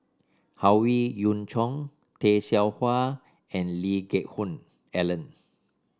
Howe Yoon Chong Tay Seow Huah and Lee Geck Hoon Ellen